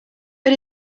but